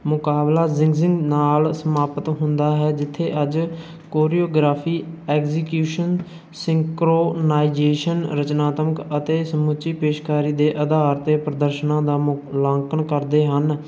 ਮੁਕਾਬਲਾ ਜ਼ਿੰਗਜ਼ਿੰਗ ਨਾਲ ਸਮਾਪਤ ਹੁੰਦਾ ਹੈ ਜਿੱਥੇ ਅੱਜ ਕੋਰੀਓਗ੍ਰਾਫੀ ਐਗਜੀਕਿਊਸ਼ਨ ਸਿੰਕਰੋਨਾਈਜੇਸ਼ਨ ਰਚਨਾਤਮਕ ਅਤੇ ਸਮੁੱਚੀ ਪੇਸ਼ਕਾਰੀ ਦੇ ਆਧਾਰ 'ਤੇ ਪ੍ਰਦਸ਼ਨਾਂ ਦਾ ਮੁਲਾਂਕਣ ਕਰਦੇ ਹਨ